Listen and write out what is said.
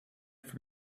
for